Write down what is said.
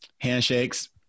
Handshakes